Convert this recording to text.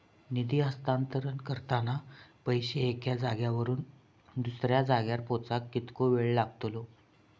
निधी हस्तांतरण करताना पैसे एक्या जाग्यावरून दुसऱ्या जाग्यार पोचाक कितको वेळ लागतलो?